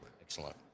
Excellent